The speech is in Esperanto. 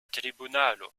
tribunalo